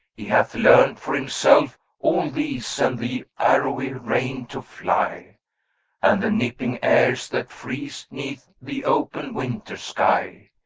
he hath learnt for himself all these and the arrowy rain to fly and the nipping airs that freeze, neath the open winter sky.